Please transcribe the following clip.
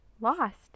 Lost